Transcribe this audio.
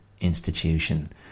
institution